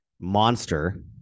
monster